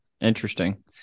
Interesting